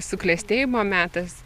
suklestėjimo metas